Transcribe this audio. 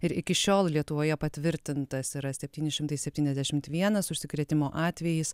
ir iki šiol lietuvoje patvirtintas yra septyni šimtai septyniasdešimt vienas užsikrėtimo atvejis